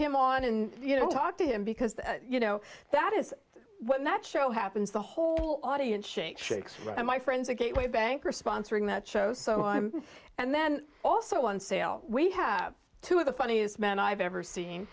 him on in you know talk to him because you know that is when that show happens the whole audience shake shakes and my friends are gateway banker sponsoring that show so i'm and then also on sale we have two of the funniest men i've ever seen